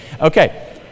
Okay